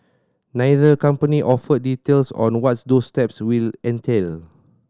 neither company offered details on what those steps will entail